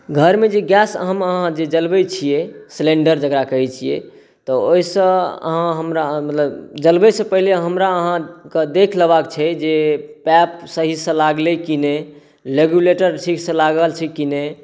घरमे जे गैस हम अहाँ जे जड़बैत छियै सिलेण्डर जकरा कहैत छियै तऽ ओहिसँ अहाँ हमरा मतलब जड़बैसँ पहिले हमरा अहाँकेँ देख लेबाक छै जे पाइप सहीसँ लागलै कि नहि रेगुलेटर ठीकसँ लागल छै कि नहि